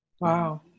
Wow